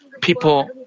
People